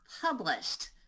Published